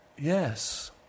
yes